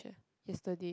yesterday